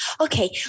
Okay